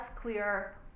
clear